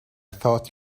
thought